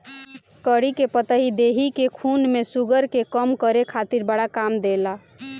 करी के पतइ देहि के खून में शुगर के कम करे खातिर बड़ा काम देला